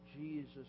Jesus